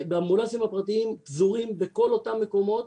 האמבולנסים הפרטיים פזורים בכל אותם מקומות,